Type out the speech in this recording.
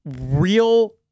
real